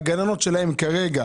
הגננות שלהן כרגע